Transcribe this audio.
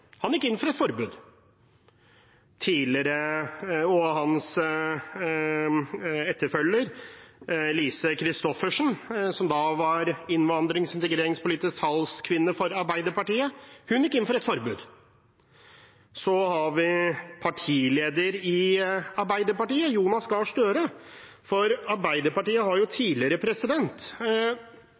gikk inn for et forbud. Hans etterfølger, Lise Christoffersen, som var innvandrings- og integreringspolitisk talskvinne for Arbeiderpartiet, gikk inn for et forbud. Så har vi partileder i Arbeiderpartiet, Jonas Gahr Støre. Arbeiderpartiet har tidligere